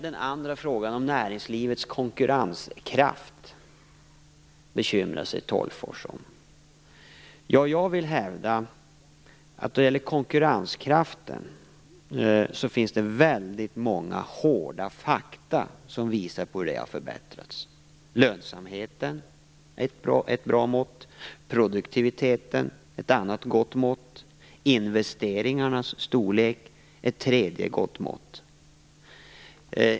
Den andra frågan som Sten Tolgfors bekymrar sig om är näringslivets konkurrenskraft. Jag vill hävda att det finns väldigt många hårda fakta som visar hur konkurrenskraften har förbättrats. Lönsamheten är ett bra mått. Produktiviteten är ett annat gott mått. Investeringarnas storlek ett tredje gott mått.